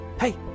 Hey